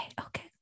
okay